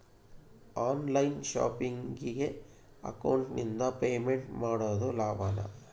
On line ಶಾಪಿಂಗಿಗೆ ಅಕೌಂಟಿಂದ payment ಮಾಡೋದು ಲಾಭಾನ?